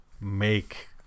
make